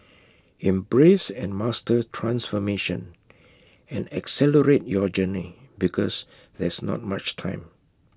embrace and master transformation and accelerate your journey because there's not much time